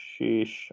sheesh